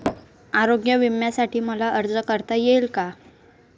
आरोग्य विम्यासाठी मला अर्ज करता येईल का?